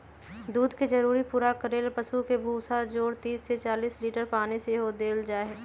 दूध के जरूरी पूरा करे लेल पशु के भूसा जौरे तीस से चालीस लीटर पानी सेहो देल जाय